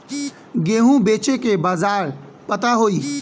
गेहूँ बेचे के बाजार पता होई?